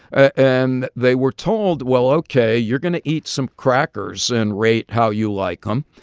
ah and they were told, well, ok, you're going to eat some crackers and rate how you like them.